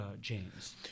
James